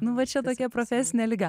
nu va čia tokia profesinė liga